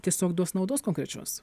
tiesiog duos naudos konkrečios